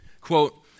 Quote